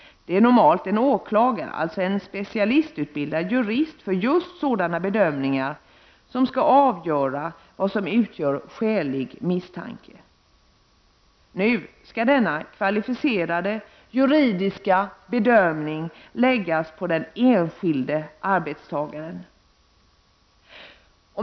Det är normalt en åklagare, alltså en jurist som är specialutbildad för just sådana bedömningar, som skall avgöra vad som utgör skälig misstanke. Nu skall denna kvalificerade juridiska bedöming läggas på den enskilde arbetstagaren.